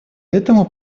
этому